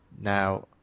now